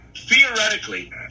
Theoretically